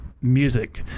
music